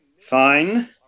Fine